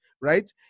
right